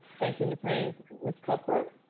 thank you, ms. haynes. ms. cuthbert?